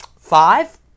five